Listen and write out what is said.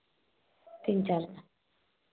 तीन चार